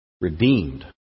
redeemed